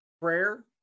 prayer